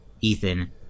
Ethan